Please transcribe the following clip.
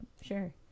sure